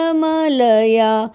malaya